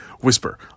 whisper